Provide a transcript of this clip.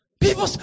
People